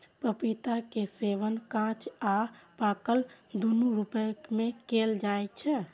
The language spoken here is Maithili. पपीता के सेवन कांच आ पाकल, दुनू रूप मे कैल जाइ छै